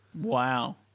Wow